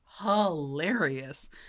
hilarious